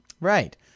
Right